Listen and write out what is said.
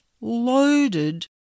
loaded